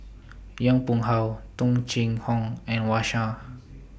Yong Pung How Tung Chye Hong and Wang Sha